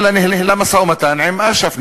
אלא ניהלה משא-ומתן עם אש"ף,